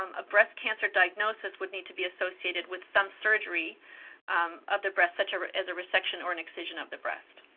um a breast cancer diagnosis would need to be associated with some surgery of the breast, such ah as a resection or and excision of the breast.